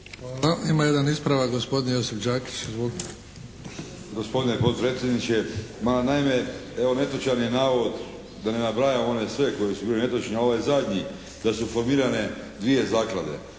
Hvala. Ima jedan ispravak. Gospodin Josip Đakić, izvolite. **Đakić, Josip (HDZ)** Gospodine potpredsjedniče. Ma naime, netočan je navod da ne nabrajam one sve koji su bili netočni, ovaj zadnji da su formirane dvije zaklade.